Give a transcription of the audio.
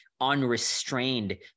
unrestrained